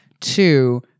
Two